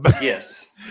Yes